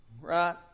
right